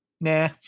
Nah